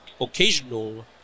occasional